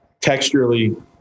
texturally